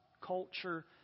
culture